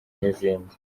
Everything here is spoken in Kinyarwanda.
n’izindi